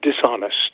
dishonest